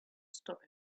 stop